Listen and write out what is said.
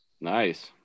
nice